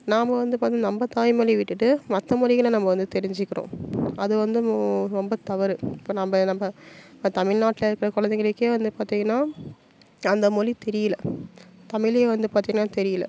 நாம் வந்து பார்த்திங்கனா நம்ம தாய்மொழிய விட்டுட்டு மற்ற மொழிகள நம்ம வந்து தெரிஞ்சுக்கிறோம் அது வந்து ரொம்ப தவறு இப்போ நம்ம நம்ம இப்போ தமிழ்நாட்டுல இருக்கிற கொழந்தைகளுக்கே வந்து பார்த்திங்கனா அந்த மொழி தெரியலை தமிழே வந்து பார்த்திங்கனா தெரியலை